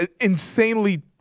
insanely